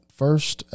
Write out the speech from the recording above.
first